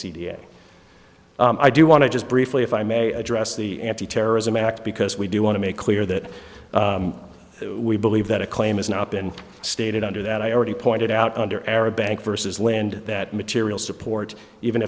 a i do want to just briefly if i may address the anti terrorism act because we do want to make clear that we believe that a claim is now up and stated under that i already pointed out under arab bank versus land that material support even